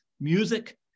music